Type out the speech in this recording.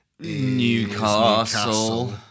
Newcastle